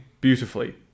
beautifully